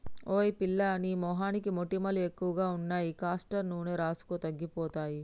ఓయ్ పిల్లా నీ మొహానికి మొటిమలు ఎక్కువగా ఉన్నాయి కాస్టర్ నూనె రాసుకో తగ్గిపోతాయి